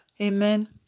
Amen